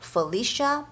Felicia